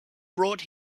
brought